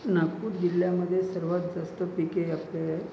नागपूर जिल्ह्यामध्ये सर्वात जास्त पिके असलेले